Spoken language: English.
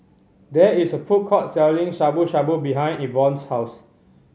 there is a food court selling Shabu Shabu behind Evonne's house